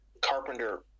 carpenter